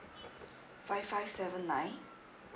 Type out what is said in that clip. five five seven nine